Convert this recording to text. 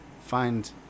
find